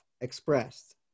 expressed